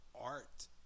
art